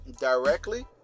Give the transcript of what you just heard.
directly